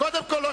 קודם כול,